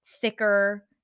thicker